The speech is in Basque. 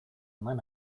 eman